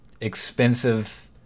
Expensive